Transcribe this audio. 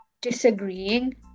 disagreeing